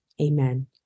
Amen